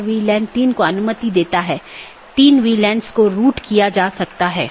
इसका मतलब है BGP कनेक्शन के लिए सभी संसाधनों को पुनःआवंटन किया जाता है